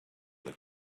that